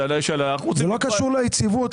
זה לא קשור ליציבות.